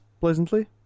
pleasantly